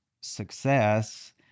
success